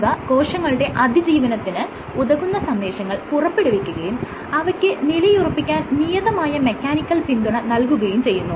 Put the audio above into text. ഇവ കോശങ്ങളുടെ അതിജീവനത്തിന് ഉതകുന്ന സന്ദേശങ്ങൾ പുറപ്പെടുവിക്കുകയും അവയ്ക്ക് നിലയുറപ്പിക്കാൻ നിയതമായ മെക്കാനിക്കൽ പിന്തുണ നൽകുകയും ചെയ്യുന്നു